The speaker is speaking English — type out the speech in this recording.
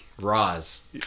Roz